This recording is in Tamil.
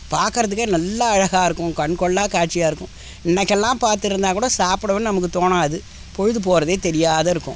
பார்க்கறதுக்கே நல்லா அழகாக இருக்கும் கண்கொள்ளாக் காட்சியாக இருக்கும் இன்றைக்கெல்லாம் பார்த்துருந்தா கூட சாப்பிடணுன் நமக்குத் தோணாது பொழுது போகிறதே தெரியாம இருக்கும்